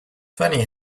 funny